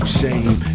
shame